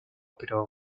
pero